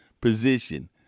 position